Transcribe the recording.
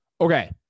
Okay